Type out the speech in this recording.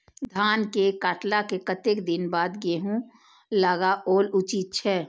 धान के काटला के कतेक दिन बाद गैहूं लागाओल उचित छे?